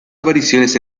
apariciones